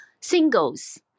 singles